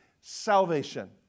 salvation